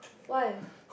why